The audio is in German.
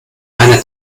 einer